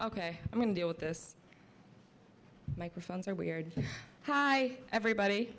ok i'm going to deal with this microphones are weird hi everybody